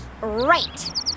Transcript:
Right